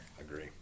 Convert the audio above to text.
agree